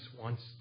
wants